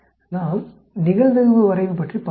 நாம் நிகழ்தகவு வரைவு பற்றி பார்ப்போம்